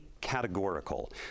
categorical